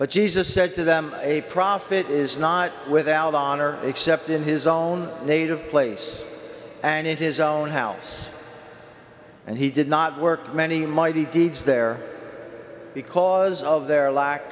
but jesus said to them a profit is not without honor except in his own native place and in his own house and he did not work many mighty deeds there because of their lack